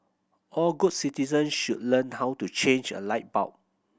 all good citizens should learn how to change a light bulb